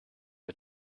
are